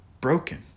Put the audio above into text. broken